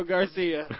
Garcia